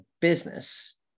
business